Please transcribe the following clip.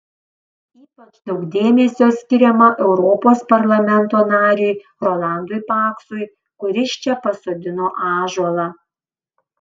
ypač daug dėmesio skiriama europos parlamento nariui rolandui paksui kuris čia pasodino ąžuolą